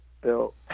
built